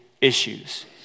issues